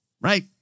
Right